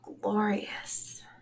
glorious